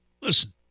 listen